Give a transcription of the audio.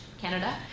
Canada